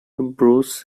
bruce